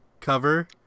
cover